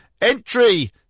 entry